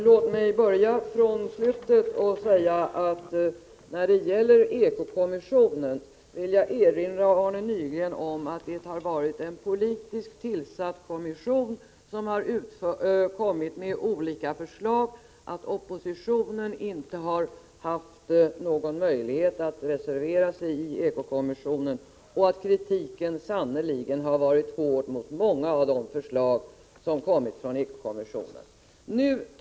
Låt mig börja från slutet och erinra Arne Nygren om att ekokommissionen har varit ett politiskt tillsatt organ som har kommit med olika förslag, att oppositionen inte har haft någon möjlighet att reservera sig i ekokommissionen och att kritiken sannerligen har varit hård mot många av de förslag som kommit från kommissionen.